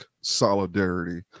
solidarity